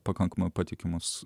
pakankamai patikimus